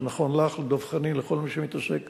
זה נכון לך, לדב חנין, לכל מי שמתעסק